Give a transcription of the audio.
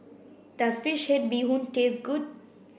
does fish head bee hoon taste good